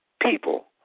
people